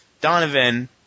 Donovan